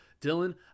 Dylan